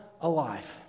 alive